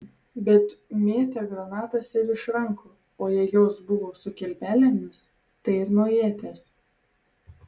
bet mėtė granatas ir iš rankų o jei jos buvo su kilpelėmis tai ir nuo ieties